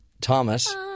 Thomas